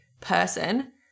person